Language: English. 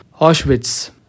Auschwitz